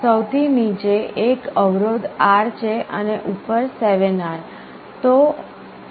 સૌથી નીચે એક અવરોધ R છે અને ઉપર 7R